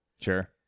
Sure